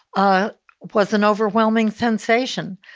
ah was an overwhelming sensation.